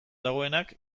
dagoenak